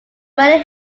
money